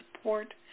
support